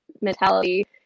mentality